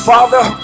Father